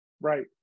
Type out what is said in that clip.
Right